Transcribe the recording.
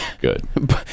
good